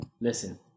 Listen